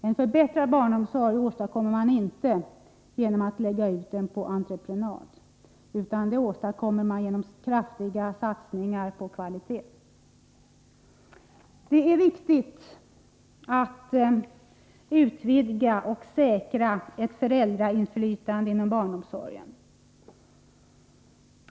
En förbättring av barnomsorgen åstadkommer man inte genom att lägga ut den på en entreprenad utan genom kraftiga satsningar på kvaliteten. Det är viktigt att utvidga och säkra ett föräldrainflytande inom barnomsorgen.